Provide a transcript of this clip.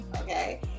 okay